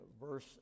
verse